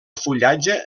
fullatge